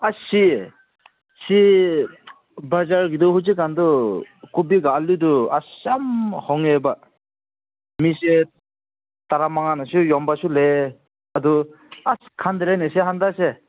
ꯑꯁ ꯁꯤ ꯁꯤ ꯕꯖꯥꯔꯒꯤꯗꯨ ꯍꯧꯖꯤꯛ ꯀꯥꯟꯗꯨ ꯀꯣꯕꯤꯒ ꯑꯥꯜꯂꯨꯗꯨ ꯑꯁ ꯌꯥꯝ ꯍꯣꯡꯉꯦꯕ ꯃꯤꯁꯦ ꯇꯔꯥ ꯃꯉꯥꯅꯁꯨ ꯌꯣꯟꯕꯁꯨ ꯂꯩꯌꯦ ꯑꯗꯨ ꯑꯁ ꯈꯪꯗ꯭ꯔꯦꯅꯦ ꯁꯦ ꯍꯟꯗꯛꯁꯦ